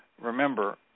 remember